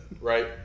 right